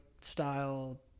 style